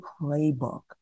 playbook